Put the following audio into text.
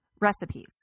recipes